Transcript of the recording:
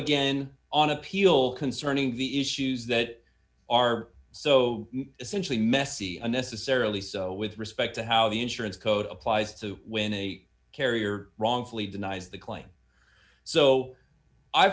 again on appeal concerning the issues that are so essentially messy unnecessarily so with respect to how the insurance code applies to when a carrier wrongfully denies the claim so i